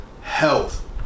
health